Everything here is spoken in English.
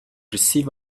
receive